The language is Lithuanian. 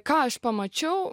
ką aš pamačiau